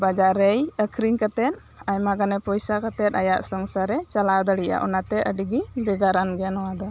ᱵᱟᱡᱟᱨ ᱨᱮᱭ ᱟᱠᱷᱨᱤᱧ ᱠᱟᱛᱮᱫ ᱟᱭᱢᱟ ᱜᱟᱱᱮ ᱯᱚᱭᱥᱟ ᱠᱟᱛᱮᱜ ᱟᱭᱟᱜ ᱥᱚᱝᱥᱟᱨᱮ ᱪᱟᱞᱟᱣ ᱫᱟᱲᱮᱜᱼᱟ ᱚᱱᱟ ᱛᱮ ᱟᱹᱰᱤ ᱜᱮ ᱵᱷᱮᱜᱟᱨᱟᱱ ᱜᱮᱭᱟ ᱱᱚᱣᱟ ᱫᱚ